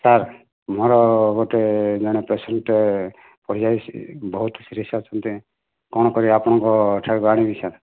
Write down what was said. sir ମୋର ଗୋଟେ ଜଣେ ପେସେଣ୍ଟ୍ ପଡ଼ିଯାଇଛି ବହୁତ ସିରିୟସ୍ ଅଛନ୍ତି କ'ଣ କରିବା ଆପଣଙ୍କ ଏଠାକୁ ଆଣିବି ସାର୍